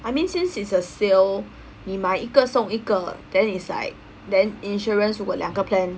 I mean since it is a sale 你买一个送一个 then it is like then insurance 如果两个 plan